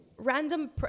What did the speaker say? Random